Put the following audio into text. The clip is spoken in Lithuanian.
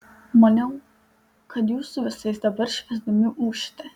maniau kad jūs su visais dabar švęsdami ūšite